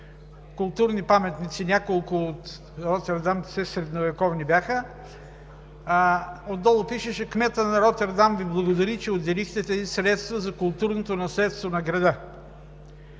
културни паметници от Ротердам – все средновековни бяха, отдолу пишеше: „Кметът на Ротердам Ви благодари, че отделихте тези средства за културното наследство на града.“